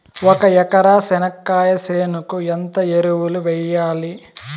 ఒక ఎకరా చెనక్కాయ చేనుకు ఎంత ఎరువులు వెయ్యాలి?